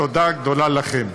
תודה גדולה לכם.